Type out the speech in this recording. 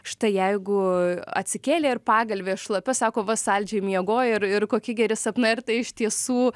štai jeigu atsikėlė ir pagalvė šlapia sako va saldžiai miegojo ir ir kokie geri sapnai ar tai iš tiesų